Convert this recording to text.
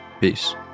Peace